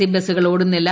C ബസ്സുകൾ ഓടുന്നില്ല